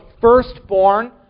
firstborn